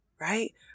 right